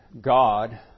God